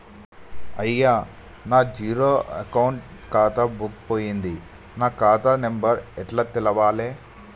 అయ్యా నా zero account ఖాతా బుక్కు పోయింది నా ఖాతా నెంబరు ఎట్ల తెలవాలే?